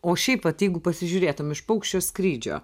o šiaip pati jeigu pasižiūrėtum iš paukščio skrydžio